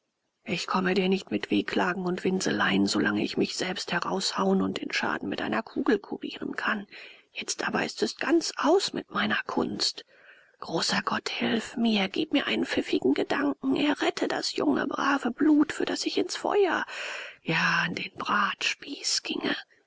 ich komme dir nicht mit wehklagen und winseleien solange ich mich selbst heraushauen und den schaden mit einer kugel kurieren kann jetzt aber ist es ganz aus mit meiner kunst großer gott hilf mir gib mir einen pfiffigen gedanken errette das junge brave blut für das ich ins feuer ja an den bratspieß ginge